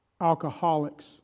alcoholics